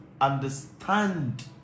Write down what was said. understand